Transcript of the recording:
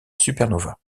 supernova